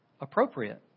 appropriate